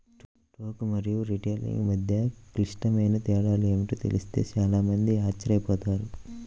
టోకు మరియు రిటైలింగ్ మధ్య క్లిష్టమైన తేడాలు ఏమిటో తెలిస్తే చాలా మంది ఆశ్చర్యపోతారు